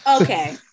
okay